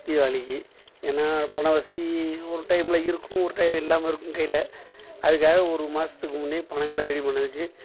தீவாளிக்கு ஏன்னா பண வசதி ஒரு டைம்மில் இருக்கும் ஒரு டைம் இல்லாமல் இருக்கும் கையில அதுக்காக ஒரு மாதத்துக்கு முன்னையே பணங்களை ரெடி பண்ணதுக்கு